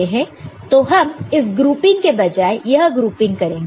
तो हम इस ग्रुपिंग के बजाय यह ग्रुपिंग करेंगे